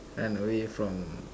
run away from